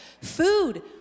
Food